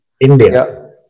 India